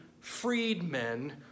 freedmen